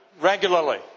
regularly